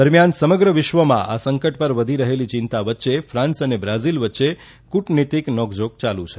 દરમિથાન સમગ્ર વિશ્વમાં આ સંકટ પર વધી રહેલી ચિંતા વચ્ચે ફ્રાંસ અને બ્રાઝીલ વચ્ચે કુટનિતિક નોંકર્ઝોંક યાલુ છે